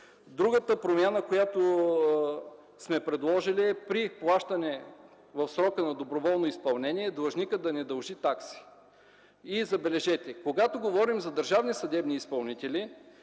Другата промяна, която сме предложили, е при плащане в срока на доброволно изпълнение длъжникът да не дължи такси. Забележете, когато говорим за държавни съдебни изпълнители,